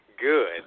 good